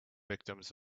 victims